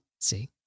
see